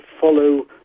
follow